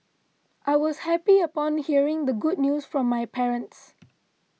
I was happy upon hearing the good news from my parents